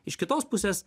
iš kitos pusės